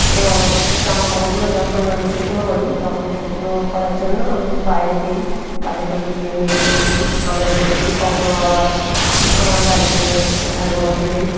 এবং জামাকাপড়গুলো যখন আমি শুকনো করি তখন শুকনো করার জন্য আমি বাইরে দিই বাইরে দড়ি দিয়ে মেলে দিই ছাদের উপরে দিই কখনও আবার আমার বাড়িতে ঘরের মধ্যে দিই